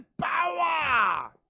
POWER